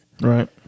right